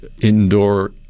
indoor